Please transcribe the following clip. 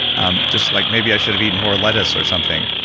um just like maybe i should have eaten more lettuce or something.